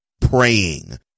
praying